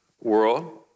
world